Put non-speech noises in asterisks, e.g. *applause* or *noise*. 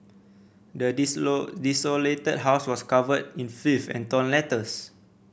the *unintelligible* desolated house was covered in filth and torn letters